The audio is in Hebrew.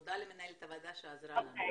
תודה למנהלת הוועדה שעזרה לנו,